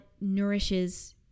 nourishes